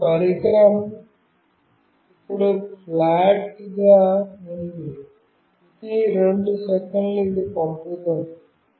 మరియు పరికరం ఇప్పుడు ఫ్లాట్ గా ఉంది ప్రతి రెండు సెకన్లకి ఇది పంపుతోంది